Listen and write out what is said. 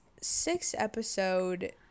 six-episode